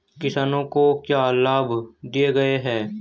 किसानों को क्या लाभ दिए गए हैं?